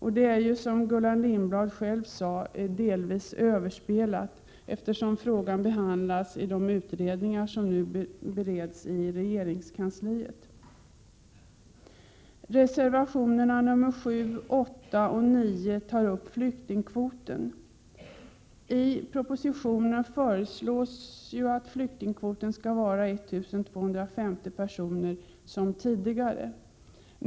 Men som Gullan Lindblad själv sade är den frågan delvis överspelad, eftersom den behandlats av de utredningar vars betänkanden nu bereds i regeringskansliet. Reservationerna 7, 8 och 9 tar upp frågan om flyktingkvoten. I propositionen föreslås att flyktingkvoten liksom hittills skall vara 1 250 personer.